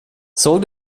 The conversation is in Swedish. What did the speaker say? såg